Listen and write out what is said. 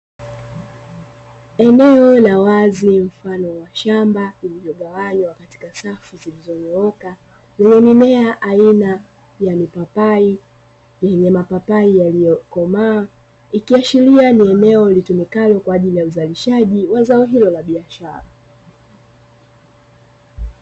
Eneo la wazi mfano wa shamba lililogawanywa katika safu zilizonyooka lenye mimea aina ya mipapai yenye mapapai yaliyokomaa, ikiashiria ni eneo linalotumika kwa ajili ya uzalishaji wa zao hilo la biashara.